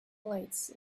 lights